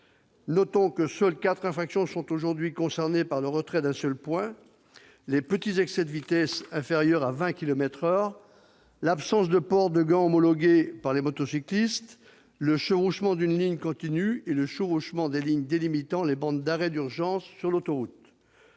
Notons que quatre infractions seulement sont aujourd'hui concernées par le retrait d'un seul point : les petits excès de vitesse, inférieurs à 20 kilomètres par heure ; l'absence de port de gants homologués par les motocyclistes ; le chevauchement d'une ligne continue et le chevauchement des lignes délimitant les bandes d'arrêt d'urgence sur autoroute.